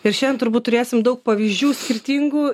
ir šiandien turbūt turėsim daug pavyzdžių skirtingų